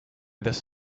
this